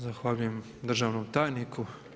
Zahvaljujem državnom tajniku.